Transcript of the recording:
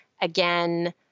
Again